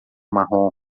marrom